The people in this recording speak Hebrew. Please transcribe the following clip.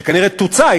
שכנראה תוצא.